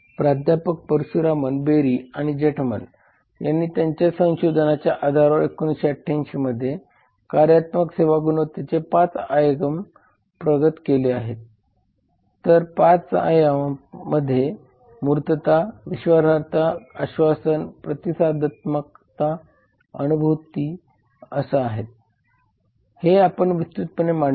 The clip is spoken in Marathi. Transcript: प्राध्यापक परशुरामन बेरी आणि जेठमल यांनी त्यांच्या संशोधनाच्या आधारावर 1988 मध्ये कार्यात्मक सेवा गुणवत्तेचे 5 आयाम प्रगत केले आहे हे आयाम म्हणजे मूर्तता विश्वासार्हता आश्वासन प्रतिसादात्मकता सहानुभूती असे आहेत हे आपण विस्तृतपणे मांडले आहेत